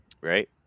right